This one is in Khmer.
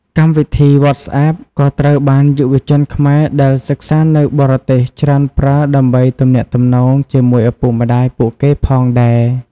កម្មវិធី Whatsapp ក៏ត្រូវបានយុវជនខ្មែរដែលសិក្សានៅបរទេសច្រើនប្រើ ដើម្បីទំនាក់ទំនងជាមួយឪពុកម្ដាយពួកគេផងដែរ។